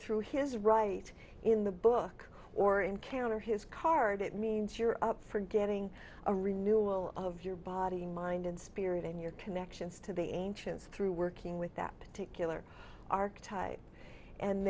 through his right in the book or encounter his card it means you're up for getting a renewal of your body mind and spirit and your connections to the ancients through working with that particular arc